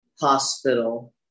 hospital